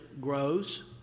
grows